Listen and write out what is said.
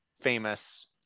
famous